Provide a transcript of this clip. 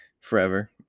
forever